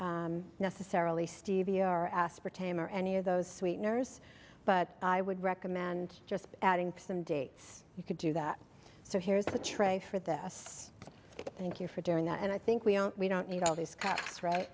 necessarily stevia are aspartame or any of those sweeteners but i would recommend just adding some dates you could do that so here's the tray for this thank you for doing that and i think we don't we don't need all these cuts right